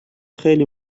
خیلی